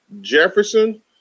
jefferson